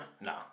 Nah